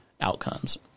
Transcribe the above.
outcomes